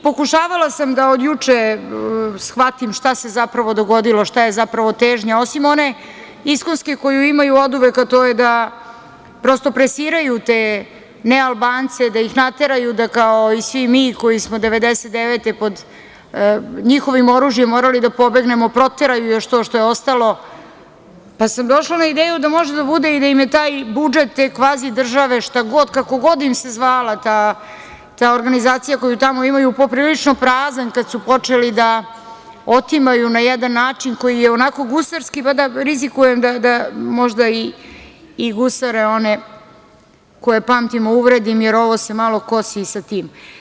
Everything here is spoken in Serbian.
Pokušavala sam da od juče shvatim šta se zapravo dogodilo i šta je zapravo težnja, osim one iskonske koju imaju oduvek, a to je da prosto plasiraju te nealbance da ih nateraju da kao i svi mi koji 1999. godine, pod njihovim oružjem morali da pobegnemo i proteraju još to što je ostalo, pa sam došla na ideju da može i da bude da im je taj budžet te kvazi države, kako god im se zvala ta organizacija, koju tamo imaju , poprilično prazan, kada su počeli da otimaju na jedan način koji je onako gusarski pa da rizikujem, da možda i one gusare, koje pamtimo, uvredim, jer ovo se malo kosi i sa tim.